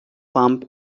pump